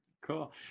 Cool